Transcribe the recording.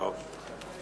גם אני חושב.